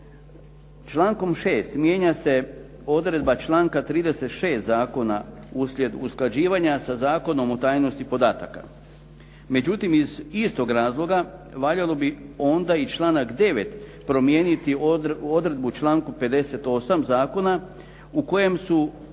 Člankom 6. mijenja se odredba članka 36. Zakona uslijed usklađivanja sa Zakonom o tajnosti podataka. Međutim, iz istog razloga valjalo bi onda i članak 9. promijeniti odredbu u članku 58. Zakona u kojem su